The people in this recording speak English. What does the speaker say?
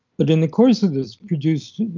but in the course of this produced